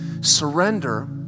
Surrender